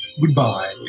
Goodbye